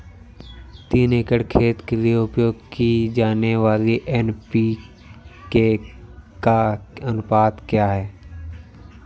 तीन एकड़ खेत के लिए उपयोग की जाने वाली एन.पी.के का अनुपात क्या है?